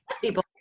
people